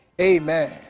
Amen